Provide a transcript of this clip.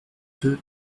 deux